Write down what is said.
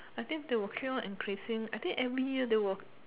I think they will keep on increasing I think every year they will